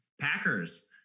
Packers